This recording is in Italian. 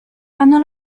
hanno